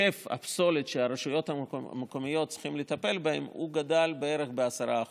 היקף הפסולת שהרשויות המקומיות צריכות לטפל בו גדל בערך ב-10%